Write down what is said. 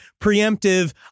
preemptive